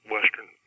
Western